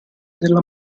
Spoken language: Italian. della